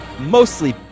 mostly